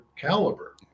caliber